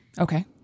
Okay